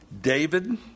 David